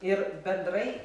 ir bendrai